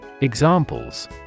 Examples